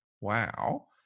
wow